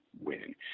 win